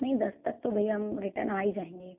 नहीं दस तक तो भैया हम रिटर्न आ ही जाएंगे